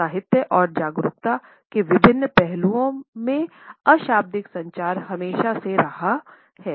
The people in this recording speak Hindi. साहित्य और जागरूकता के विभिन्न पहलुओं में अशाब्दिक संचार हमेशा से रहा है